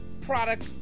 product